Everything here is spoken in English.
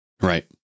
Right